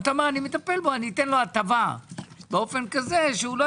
אתה אומר: אני אתן לו הטבה כך שהוא לא